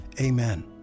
amen